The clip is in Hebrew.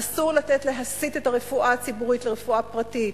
אסור לתת להסיט את הרפואה הציבורית לרפואה פרטית.